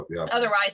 otherwise